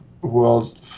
world